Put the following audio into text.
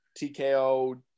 TKO